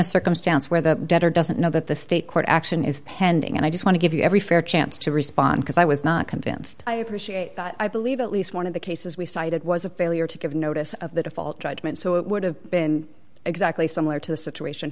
a circumstance where the debtor doesn't know that the state court action is pending and i just want to give you every fair chance to respond because i was not convinced i appreciate that i believe at least one of the cases we cited was a failure to give notice of the default judgment so it would have been exactly similar to the situation